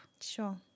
Sure